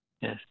yes